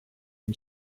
and